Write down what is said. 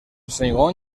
segon